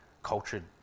Cultured